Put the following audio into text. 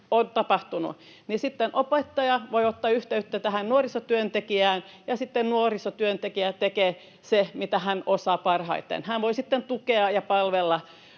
on tapahtunut, niin sitten opettaja voi ottaa yhteyttä tähän nuorisotyöntekijään, ja sitten nuorisotyöntekijä tekee sen, minkä hän osaa parhaiten: hän voi sitten tukea ja palvella